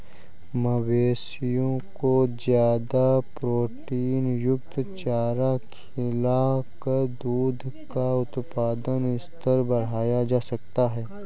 मवेशियों को ज्यादा प्रोटीनयुक्त चारा खिलाकर दूध का उत्पादन स्तर बढ़ाया जा सकता है